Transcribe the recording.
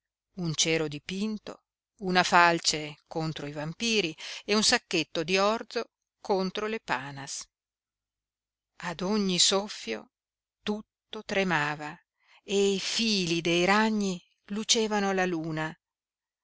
un cero dipinto una falce contro i vampiri e un sacchetto di orzo contro le panas ad ogni soffio tutto tremava e i fili dei ragni lucevano alla luna